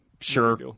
sure